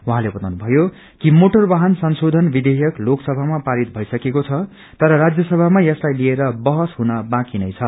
उहाँले बताउनु भयो कि मोटर वाहन संसोधन विधेयक लोकसभामा पारितद भइसकेको छ तर राज्यसभामा यसलाई लिएर बहस हुन बाँकी नै छ